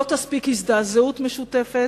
לא תספיק הזדעזעות משותפת,